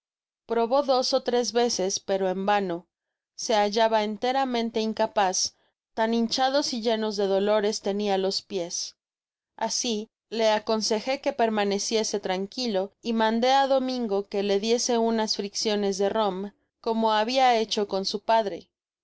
probó dos ó tres veces pero en vano se hallaba enteramente incapaz tan hinchados y llenos de dolores tenia los pies asi le aconsejé que permaneciese tranquilo y mandó á domingo que le diese unas fricciones de rom como habia hecho con su padre